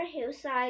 hillside